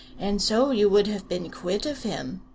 and so you would have been quit of him.